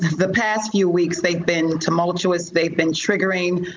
the past few weeks, they've been tumultuous, they've been triggering,